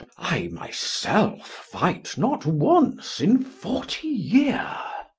i my selfe fight not once in fortie yeere.